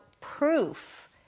proof